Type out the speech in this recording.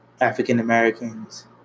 African-Americans